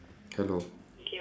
hello